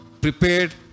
prepared